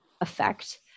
effect